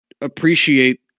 appreciate